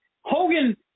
Hogan